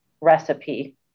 recipe